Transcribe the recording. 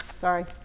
sorry